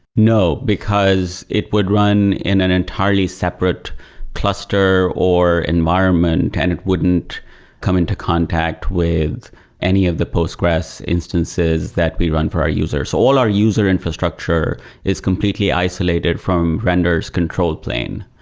no, because it would run in an entirely separate cluster or environment and it wouldn't come into contact with any of the postgres instances that we run for our users. all our user infrastructure is completely isolated from render s control plane,